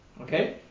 Okay